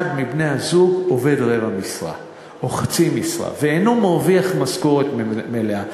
אחד מבני-הזוג עובד רבע משרה או חצי משרה ואינו מרוויח משכורת מלאה.